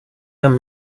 them